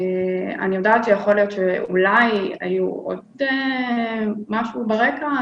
חשבתי שיכול להיות שאולי יש עוד אנשים ברקע,